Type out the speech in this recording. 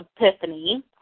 Epiphany